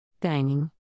Dining